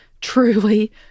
truly